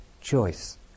choice